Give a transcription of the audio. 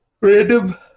Random